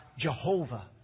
Jehovah